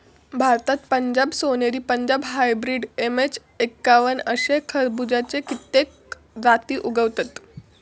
भारतात पंजाब सोनेरी, Punjab hybrid, MH एक्कावन्न अशे खरबुज्याची कित्येक जाती उगवतत